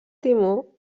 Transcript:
timó